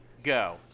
Go